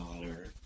daughter